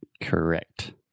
Correct